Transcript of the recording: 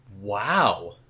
Wow